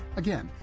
again,